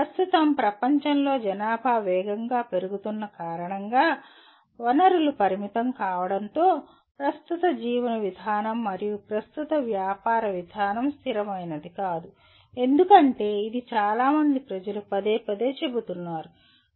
ప్రస్తుతం ప్రపంచంలో జనాభా వేగంగా పెరుగుతున్న కారణంగా వనరులు పరిమితం కావడంతో ప్రస్తుత జీవన విధానం మరియు ప్రస్తుత వ్యాపార విధానం స్థిరమైనది కాదు ఎందుకంటే ఇది చాలా మంది ప్రజలు పదేపదే చెబుతున్నారు